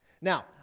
Now